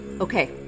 Okay